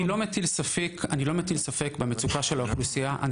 אני לא מטיל ספק במצוקה של אוכלוסיית הלהט״ב הערבית.